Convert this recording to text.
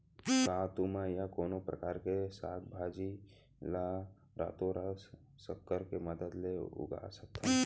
का तुमा या कोनो परकार के साग भाजी ला रातोरात संकर के मदद ले उगा सकथन?